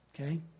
okay